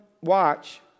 watch